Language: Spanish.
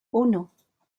uno